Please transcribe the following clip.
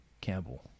Campbell